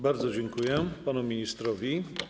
Bardzo dziękuję panu ministrowi.